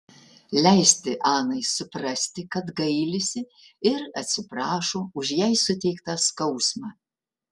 leisti anai suprasti kad gailisi ir atsiprašo už jai suteiktą skausmą